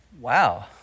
Wow